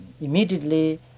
immediately